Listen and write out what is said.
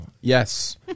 Yes